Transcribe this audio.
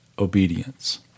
obedience